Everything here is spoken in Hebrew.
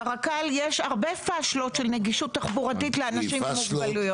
יש שם הרבה פאשלות של נגישות תחבורתית לאנשים עם מוגבלויות.